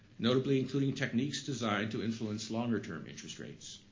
notably including techniques designed to influence longer-term interest rates.